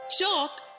Chalk